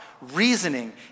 reasoning